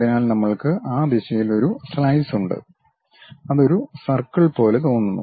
അതിനാൽ നമ്മൾക്ക് ആ ദിശയിൽ ഒരു സ്ലൈസ് ഉണ്ട് അത് ഒരു സർക്കിൾ പോലെ തോന്നുന്നു